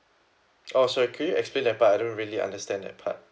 oh sorry could you explain that part I don't really understand that part